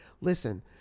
Listen